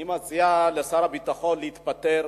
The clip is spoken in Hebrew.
אני מציע לשר הביטחון להתפטר,